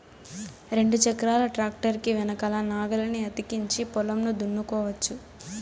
రెండు చక్రాల ట్రాక్టర్ కి వెనకల నాగలిని అతికించి పొలంను దున్నుకోవచ్చు